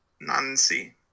Nancy